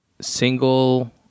single